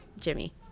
Jimmy